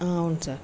అవును సార్